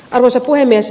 arvoisa puhemies